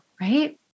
right